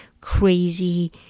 crazy